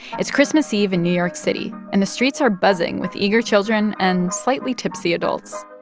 it's christmas eve in new york city, and the streets are buzzing with eager children and slightly tipsy adults.